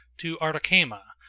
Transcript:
to artacama,